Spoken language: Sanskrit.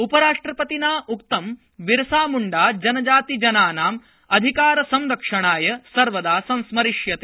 उपराष्ट्रपतिना उक्तं बिरसा म्ण्डा जनजातिजनानाम् अधिकारसंरक्षणाय सर्वदा संस्मरिष्यते